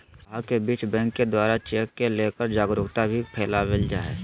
गाहक के बीच बैंक के द्वारा चेक के लेकर जागरूकता भी फैलावल जा है